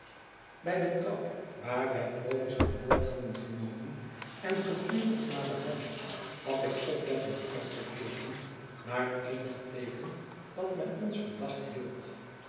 bij de trap waar wij provis aan boord hadden genomen en gedurig naderhand had ik oplettend uitgekeken naar eenig teeken dat men ons verdacht hield